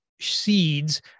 seeds